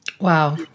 Wow